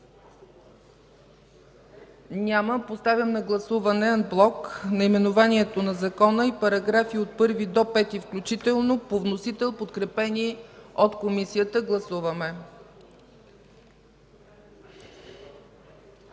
Няма. Поставям на гласуване анблок наименованието на Закона и параграфи от 1 до 5 включително, по вносител, подкрепени от Комисията. Гласуваме.